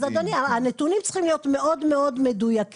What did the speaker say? אז אדוני הנתונים צריכים להיות מאוד מאוד מדויקים,